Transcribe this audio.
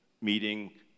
meeting